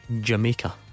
Jamaica